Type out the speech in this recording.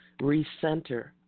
recenter